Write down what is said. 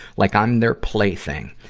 like, i'm their plaything.